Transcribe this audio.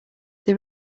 they